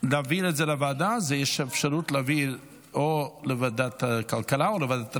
יש אפשרות להעביר או לוועדת הכלכלה או לוועדת הרווחה.